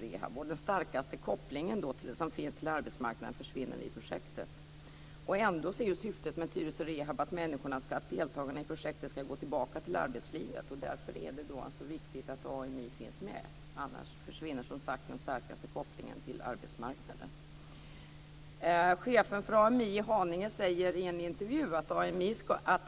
Därmed försvinner den starkaste kopplingen till arbetsmarknaden som finns i projektet. Ändå är syftet med Tyresö Rehab att deltagarna i projektet ska gå tillbaka till arbetslivet. Det är därför som det är så viktigt att AMI finns med. Annars försvinner, som sagt, den starkaste kopplingen till arbetsmarknaden. Chefen för AMI i Haninge säger i en intervju att